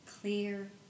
Clear